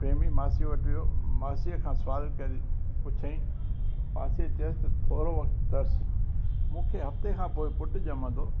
प्रेमी मासी वटि वियो मासीअ खां सुवाल करी पुछियईं मांसी चयोसि त थोरो वक़्तु तर्स मूंखे हफ़्ते खां पोइ पुटु जमंदो